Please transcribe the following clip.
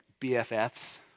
BFFs